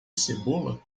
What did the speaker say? cebola